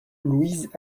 louise